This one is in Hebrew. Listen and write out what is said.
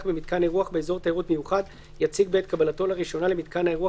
במיתקן אירוח באזור תיירות מיוחד יציג בעת קבלתו לראשונה למיתקן האירוח,